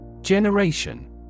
Generation